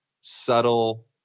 subtle